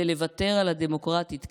ולוותר על הדמוקרטיה.